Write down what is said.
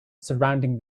surrounding